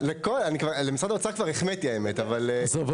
למשרד האוצר כבר החמאתי --- עזוב.